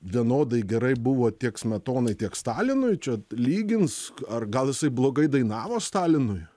vienodai gerai buvo tiek smetonai tiek stalinui čia lygins ar gal jisai blogai dainavo stalinui